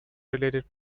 related